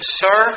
sir